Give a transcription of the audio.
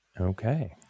Okay